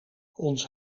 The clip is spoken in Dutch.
ons